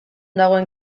dagoen